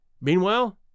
Meanwhile